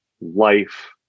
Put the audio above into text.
life